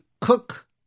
cook